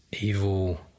evil